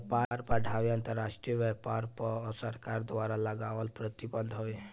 व्यापार बाधाएँ अंतरराष्ट्रीय व्यापार पअ सरकार द्वारा लगावल प्रतिबंध हवे